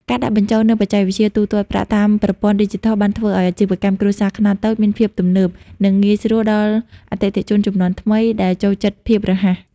ការដាក់បញ្ចូលនូវបច្គេកវិទ្យាទូទាត់ប្រាក់តាមប្រព័ន្ធឌីជីថល បានធ្វើឱ្យអាជីវកម្មគ្រួសារខ្នាតតូចមានភាពទំនើប និងងាយស្រួលដល់អតិថិជនជំនាន់ថ្មីដែលចូលចិត្តភាពរហ័ស។